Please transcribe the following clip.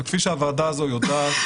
כפי שהוועדה הזו יודעת,